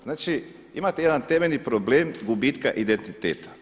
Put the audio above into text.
Znači imate jedan temeljni problem gubitka identiteta.